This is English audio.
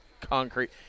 concrete